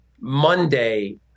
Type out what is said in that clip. Monday